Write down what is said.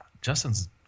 Justin's